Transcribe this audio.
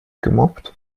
gemobbt